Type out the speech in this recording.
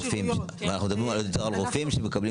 אנחנו מדברים עוד יותר על רופאים שמקבלים